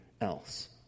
else